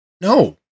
no